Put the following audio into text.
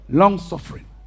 long-suffering